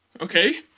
Okay